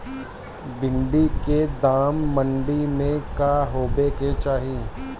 भिन्डी के दाम मंडी मे का होखे के चाही?